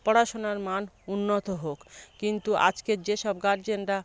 পড়াশোনার মান উন্নত হোক কিন্তু আজকের যে সব গার্জেনরা